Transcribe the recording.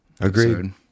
agreed